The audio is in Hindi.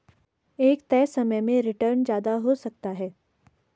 एक तय समय में रीटर्न ज्यादा हो सकता है